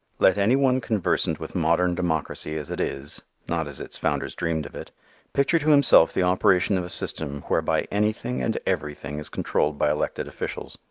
let anyone conversant with modern democracy as it is not as its founders dreamed of it picture to himself the operation of a system whereby anything and everything is controlled by elected officials,